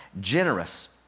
generous